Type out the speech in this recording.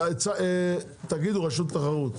תגידו רשות התחרות,